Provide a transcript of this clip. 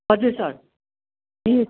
हजुर सर ए